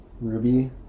Ruby